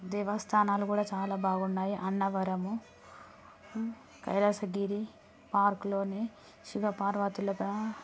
దేవస్థానాలు కూడా చాలా బాగున్నాయి అన్నవరము కైలాసగిరి పార్కులోని శివ పార్వతులుగా